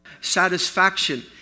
satisfaction